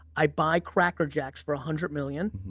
i buy cracker jacks for a hundred million,